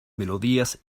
melodías